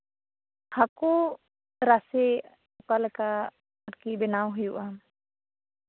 ᱦᱟᱹᱠᱩ ᱨᱟᱥᱮ ᱚᱠᱟ ᱞᱮᱠᱟ ᱟᱨᱠᱤ ᱵᱮᱱᱟᱣ ᱦᱩᱭᱩᱜᱼᱟ